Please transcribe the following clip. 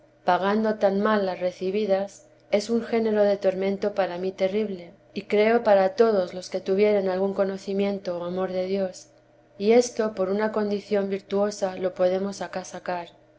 pagando tan mal las recibidas es un género de tormento para mí terrible y creo para todos los que tuvieren algún conocimiento o amor de dios y esto por una condición virtuosa lo podemos acá sacar